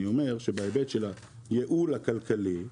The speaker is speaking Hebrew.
אני אומר שבהיבט של הייעול הכלכלי בסדר,